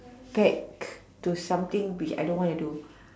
back to something be I don't want to do